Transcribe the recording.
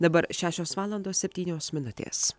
dabar šešios valandos septynios minutės